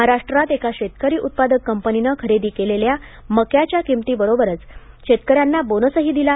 महाराष्ट्रात एका शेतकरी उत्पादक कंपनीनं खरेदी केलेल्या मक्याच्या किमती बरोबरच शेतकऱ्यांना बोनसही दिला